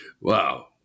Wow